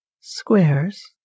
squares